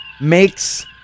makes